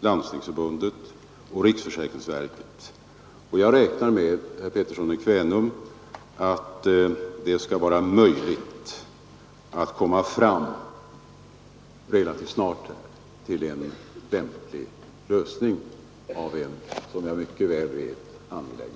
Landstingsförbundet och riksförsäkringsverket. Jag räknar med att det skall vara möjligt att relativt snart komma fram till en lämplig lösning av en som jag mycket väl vet angelägen fråga.